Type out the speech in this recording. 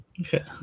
Okay